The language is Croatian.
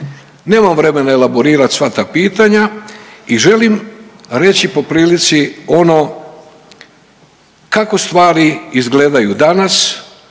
Nemamo vremena elaborirat sva ta pitanja i želim reći po prilici ono kako stvari izgledaju danas.